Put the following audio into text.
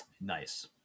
Nice